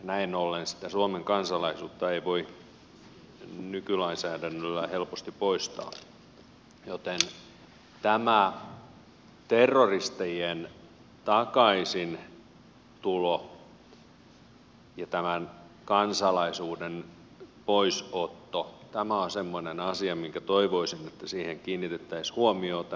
näin ollen sitä suomen kansalaisuutta ei voi nykylainsäädännöllä helposti poistaa joten tämä terroristien takaisintulo ja tämän kansalaisuuden poisotto on semmoinen asia mihinkä toivoisin kiinnitettävän huomiota